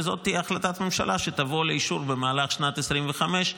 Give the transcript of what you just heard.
וזאת תהיה החלטת ממשלה שתבוא לאישור במהלך שנת 2025,